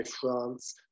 France